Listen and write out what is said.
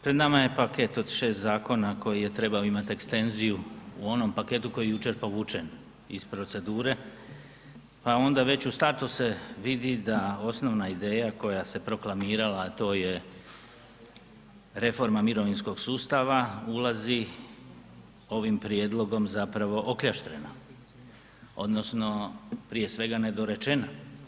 Pred nama je paket od 6 zakona koji je trebao imati ekstenziju u onom paketu koji je jučer povučen iz procedure pa onda već u startu se vidi da osnovna ideja koja se proklamirala a to je reforma mirovinskog sustava ulazi ovim prijedlogom zapravo okljaštrena odnosno prije svega nedorečena.